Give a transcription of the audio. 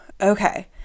okay